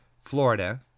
Florida